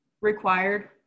required